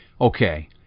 Okay